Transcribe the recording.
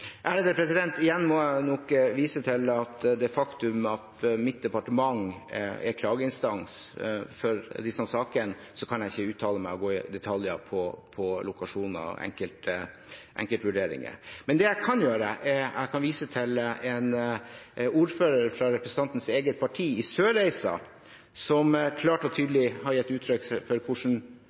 Igjen må jeg vise til det faktum at mitt departement er klageinstans for disse sakene, så jeg kan ikke uttale meg og gå i detaljer om lokasjoner og enkeltvurderinger. Det jeg kan gjøre, er å vise til en ordfører fra representantens eget parti i Sørreisa som klart og tydelig har gitt uttrykk for hvordan